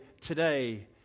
today